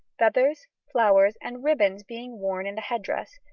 feathers, flowers, and ribbons being worn in the head-dress.